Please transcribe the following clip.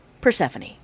Persephone